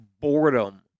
boredom